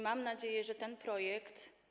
Mam nadzieję, że ten projekt.